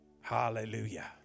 Hallelujah